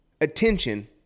attention